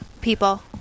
People